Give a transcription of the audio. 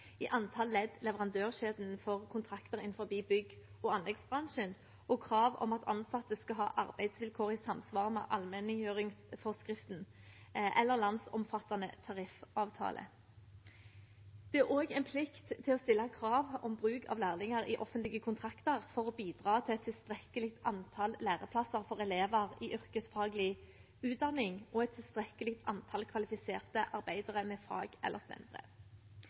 i antall ledd i leverandørkjeden for kontrakter innenfor bygg- og anleggsbransjen og krav om at ansatte skal ha arbeidsvilkår i samsvar med allmenngjøringsforskrifter eller landsomfattende tariffavtale. Det er også en plikt til å stille krav om bruk av lærlinger i offentlige kontrakter for å bidra til et tilstrekkelig antall læreplasser for elever i yrkesfaglig utdanning og et tilstrekkelig antall kvalifiserte arbeidere med fag- eller